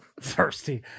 thirsty